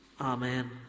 amen